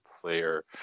player